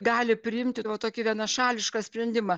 gali priimti va tokį vienašališką sprendimą